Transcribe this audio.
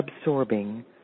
absorbing